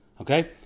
Okay